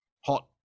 hot